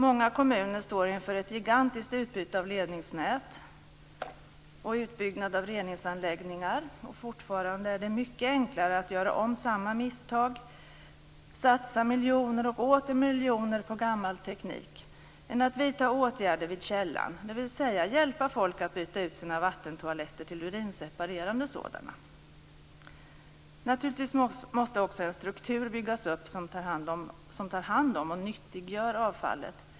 Många kommuner står inför ett gigantiskt utbyte av ledningsnät och utbyggnad av reningsanläggningar, och fortfarande är det mycket enklare att göra om samma misstag, satsa miljoner och åter miljoner på gammal teknik än att vidta åtgärder vid källan, dvs. hjälpa folk att byta ut sina vattentoaletter till urinseparerande sådana. Naturligtvis måste också en struktur byggas upp som tar hand om och nyttiggör avfallet.